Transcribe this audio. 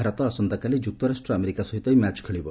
ଭାରତ ଆସନ୍ତାକାଲି ଯୁକ୍ତରାଷ୍ଟ୍ର ଆମେରିକା ସହିତ ଏହି ମ୍ୟାଚ୍ ଖେଳିବ